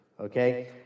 okay